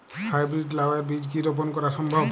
High breed লাও এর বীজ কি রোপন করা সম্ভব?